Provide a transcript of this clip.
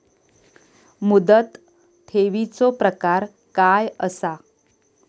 मुदत ठेवीचो प्रकार काय असा?